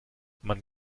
man